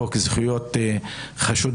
חוק יסוד: זכויות חשודים,